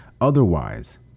Otherwise